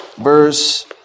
verse